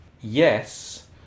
Yes